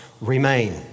remain